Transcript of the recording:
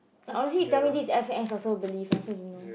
like honestly you tell me this is F_A_X also believe I also don't know